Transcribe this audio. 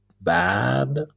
bad